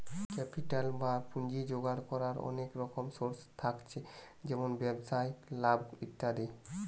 capital বা পুঁজি জোগাড় কোরার অনেক রকম সোর্স থাকছে যেমন ব্যবসায় লাভ ইত্যাদি